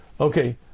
Okay